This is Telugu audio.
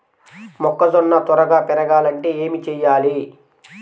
మొక్కజోన్న త్వరగా పెరగాలంటే ఏమి చెయ్యాలి?